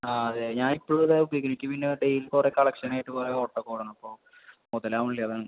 ആ അതെ ഞാൻ ഇപ്പോഴും അതാണ് ഉപയോഗിക്കുക എനിക്ക് പിന്നെ ഡെയിലി കുറേ കളക്ഷൻ ആയിട്ട് കുറേ ഓട്ടം ഒക്കെ ഓടണം അപ്പോൾ മുതലാവുന്നില്ല അതാണ്